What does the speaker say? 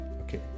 Okay